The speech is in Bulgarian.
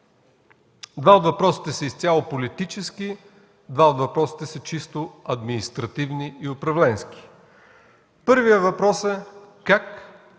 Два от въпросите са изцяло политически, два от въпросите са чисто административни и управленски. Първият въпрос е как